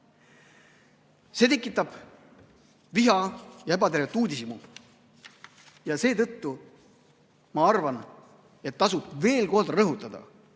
See tekitab viha ja ebatervet uudishimu. Ja seetõttu ma arvan, et tasub veel kord rõhutada: